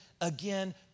again